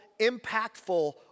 impactful